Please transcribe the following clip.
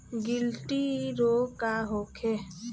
गिल्टी रोग का होखे?